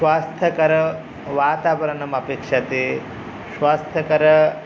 स्वास्थकरवातावरणम् अपेक्षते स्वास्थकर